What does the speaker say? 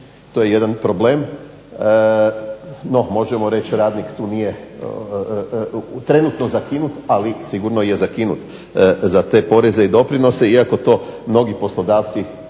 To je jedan problem. No možemo reći radnik tu nije trenutno zakinut ali sigurno je zakinut za te poreze i doprinose, iako to mnogi poslodavci